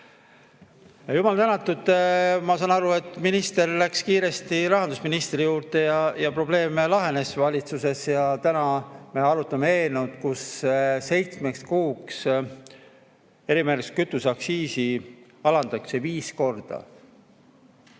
Jumal tänatud, ma saan aru, et minister läks kiiresti rahandusministri juurde ja probleem lahenes valitsuses ja täna me arutame eelnõu, mille kohaselt seitsmeks kuuks erimärgistusega kütuse aktsiisi alandatakse viis korda.